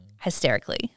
hysterically